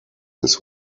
his